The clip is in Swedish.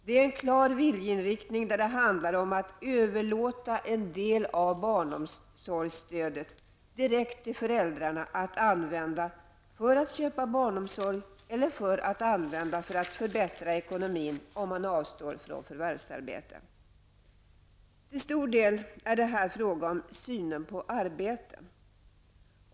Det ger en klar viljeinriktning, där det handlar om att överlåta en del av barnomsorgsstödet direkt till föräldrarna, att använda för att köpa barnomsorg eller för att förbättra ekonomin, om man avstår från förvärvsarbete. Till stor del är det här fråga om synen på arbete.